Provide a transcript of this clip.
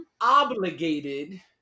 obligated